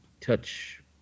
touch